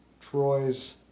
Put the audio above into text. Troy's